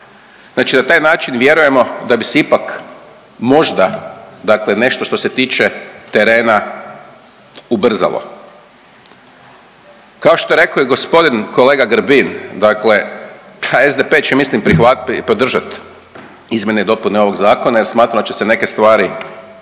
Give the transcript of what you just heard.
znači na taj način vjerujemo da bi se ipak možda dakle nešto što se tiče terena ubrzalo. Kao što je rekao i gospodin kolega Grbin, dakle a SDP će mislim podržat izmjene i dopune ovog zakona jer smatramo da će se neke stvari ubrzati,